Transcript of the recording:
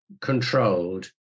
controlled